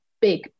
big